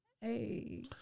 hey